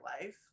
life